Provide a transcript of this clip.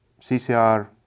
CCR